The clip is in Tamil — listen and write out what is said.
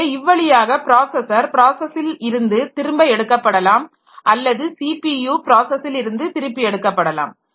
எனவே இவ்வழியாக பிராஸஸர் ப்ராஸஸில் இருந்து திரும்ப எடுக்கப்படலாம் அல்லது ஸிபியு ப்ராஸஸிலிருந்து திருப்பி எடுக்கப்படலாம்